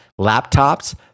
laptops